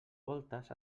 voltes